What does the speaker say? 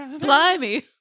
Blimey